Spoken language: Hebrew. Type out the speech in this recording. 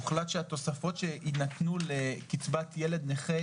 הוחלט שהתוספות שיינתנו לקצבת ילד נכה,